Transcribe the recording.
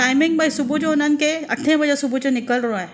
timing भाई सुबुह जो उन्हनि खे अठें बजे सुबुह जो निकिरिणो आहे